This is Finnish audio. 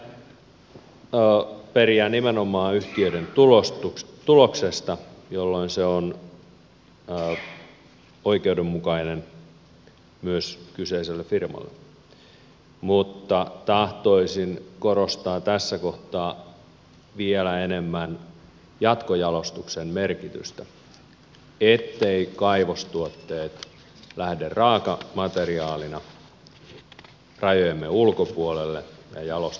kaivosvero pitää periä nimenomaan yhtiöiden tuloksesta jolloin se on oikeudenmukainen myös kyseiselle firmalle mutta tahtoisin korostaa tässä kohtaa vielä enemmän jatkojalostuksen merkitystä etteivät kaivostuotteet lähde raakamateriaalina rajojemme ulkopuolelle ja ettei niitä jalosteta siellä